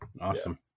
Awesome